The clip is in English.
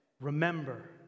remember